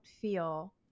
feel